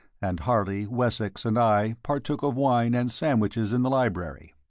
and harley, wessex, and i, partook of wine and sandwiches in the library.